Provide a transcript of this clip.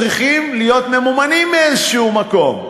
צריכים להיות ממומנים מאיזה מקום.